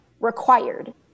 required